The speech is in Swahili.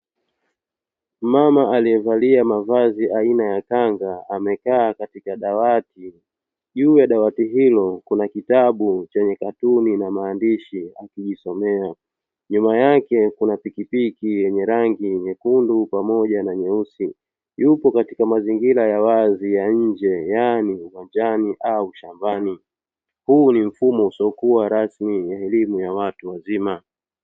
Mama aliyevalia mavazi aina ya kanga amekaa katika dawati. Juu ya dawati hilo kuna kitabu chenye katuni na maandishi, akijisomea. Nyuma yake kuna pikipiki yenye rangi nyekundu pamoja na nyeusi. Yupo katika mazingira ya wazi ya nje, yaani majani au shambani. Huu ni mfumo usiokuwa rasmi wa elimu ya watu wazima.